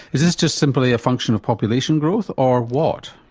is this just simply a function of population growth or what?